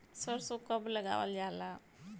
सरसो कब लगावल जाला?